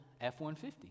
F-150